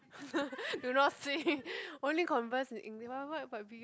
do not sing only converse in Engl~